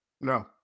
no